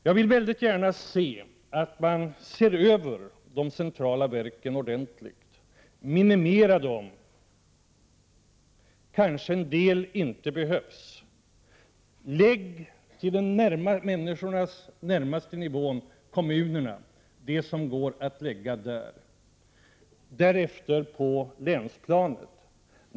Jag är mycket angelägen om att de centrala verken ses över ordentligt och minimeras — en del kanske inte behövs. Lägg över verksamheten på den nivå som är närmast människorna, dvs. kommunerna, och därefter på länsplanet!